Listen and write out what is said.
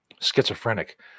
schizophrenic